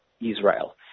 Israel